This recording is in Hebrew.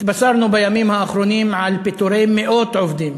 התבשרנו בימים האחרונים על פיטורי מאות עובדים